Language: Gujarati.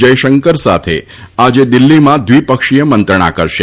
જયશંકર સાથે આજે દિલ્હીમાં દ્વિપક્ષીય મંત્રણા કરશે